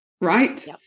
right